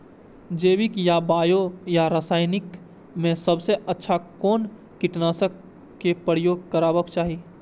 जैविक या बायो या रासायनिक में सबसँ अच्छा कोन कीटनाशक क प्रयोग करबाक चाही?